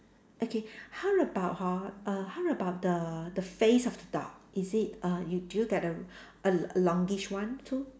okay how about hor err how about the the face of the dog is it uh do you get a a longish one too